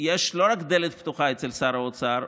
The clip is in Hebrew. יש לא רק דלת פתוחה אצל שר האוצר,